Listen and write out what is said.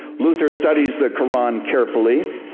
luther studies the quran carefully.